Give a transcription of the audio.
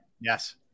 Yes